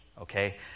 Okay